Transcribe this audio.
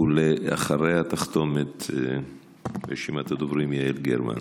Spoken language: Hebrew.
אחריה תחתום את רשימת הדוברים יעל גרמן.